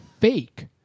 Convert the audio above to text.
fake